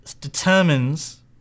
determines